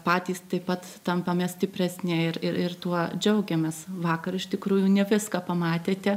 patys taip pat tampame stipresni ir ir tuo džiaugiamės vakar iš tikrųjų ne viską pamatėte